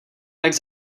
tak